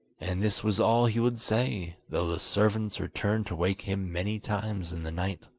and this was all he would say, though the servants returned to wake him many times in the night.